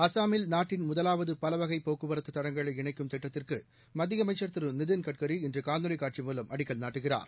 அஸ்ஸாமில் நாட்டின் முதலாவது பல வகை போக்குவரத்து தடங்களை இணைக்கும் திட்டத்திற்கு மத்திய அமைச்சன் திரு நிதின் கட்கரி இன்று காணொலி காட்சி மூலம் அடிக்கல் நாட்டுகிறார்